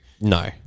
No